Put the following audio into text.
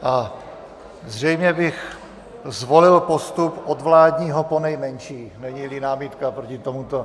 A zřejmě bych zvolil postup od vládního po nejmenší, neníli námitka proti tomuto.